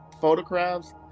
photographs